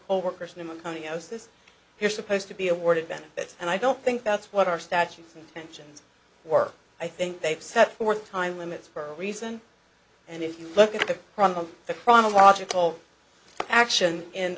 this you're supposed to be awarded benefits and i don't think that's what our statutes intentions were i think they've set forth time limits for a reason and if you look at the from the chronological action in